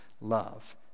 love